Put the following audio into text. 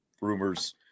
Rumors